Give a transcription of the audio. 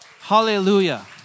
Hallelujah